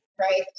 Right